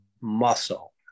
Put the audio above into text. muscle